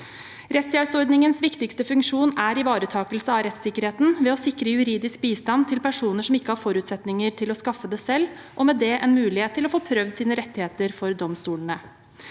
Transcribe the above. Rettshjelpsordningens viktigste funksjon er ivaretakelse av rettssikkerheten ved å sikre juridisk bistand til personer som ikke har forutsetninger til å skaffe det selv, og med det en mulighet til å få prøvd sine rettigheter for domstolene.